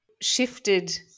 shifted